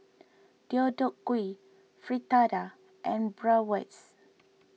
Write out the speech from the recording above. Deodeok Gui Fritada and Bratwurst